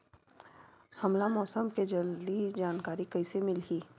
हमला मौसम के जल्दी जानकारी कइसे मिलही?